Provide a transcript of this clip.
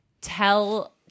tell